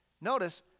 Notice